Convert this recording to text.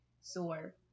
sore